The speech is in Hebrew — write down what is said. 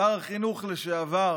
שר החינוך לשעבר,